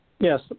Yes